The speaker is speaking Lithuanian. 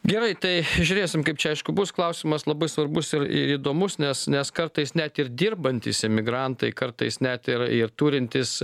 gerai tai žiūrėsim kaip čia aišku bus klausimas labai svarbus ir į įdomus nes nes kartais net ir dirbantys imigrantai kartais net ir ir turintys